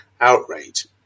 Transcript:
outrage